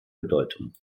bedeutung